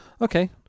Okay